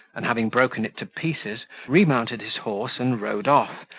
and having broken it to pieces, remounted his horse and rode off,